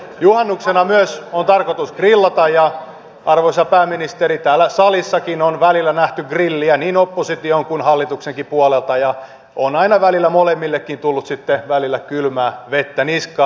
juhannuksena myös on tarkoitus grillata ja arvoisa pääministeri täällä salissakin on välillä nähty grilliä niin opposition kuin hallituksenkin puolelta ja on aina välillä molemmillekin tullut sitten kylmää vettä niskaan